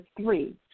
three